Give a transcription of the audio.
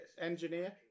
engineer